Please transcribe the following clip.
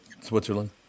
Switzerland